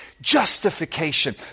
justification